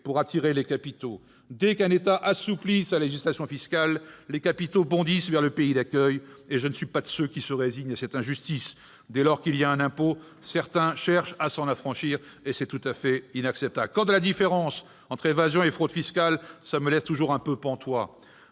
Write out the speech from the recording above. pour attirer les capitaux. Dès qu'un État assouplit sa législation fiscale, les capitaux bondissent vers le pays d'accueil. Je ne suis pas de ceux qui se résignent à cette injustice ! Dès lors qu'il y a un impôt, certains cherchent à s'en affranchir. C'est tout à fait inacceptable ! La différence entre évasion et fraude fiscales me laisse toujours un peu pantois.